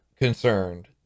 concerned